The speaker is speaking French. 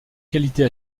qualités